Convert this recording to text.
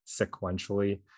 sequentially